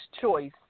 choice